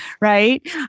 right